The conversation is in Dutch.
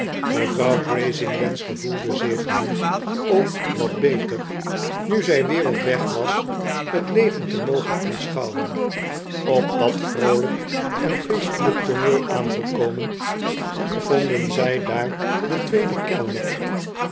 mevrouw grazinglands gevoelde zich nu ook wat beter nu zij weer op weg was t leven te mogen aanschouwen op dat vroolijk en feestelijk tooneel aangekomen vonden zij daar den tweeden kellner